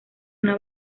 una